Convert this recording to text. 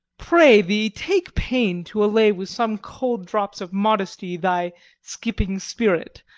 pray thee, take pain to allay with some cold drops of modesty thy skipping spirit,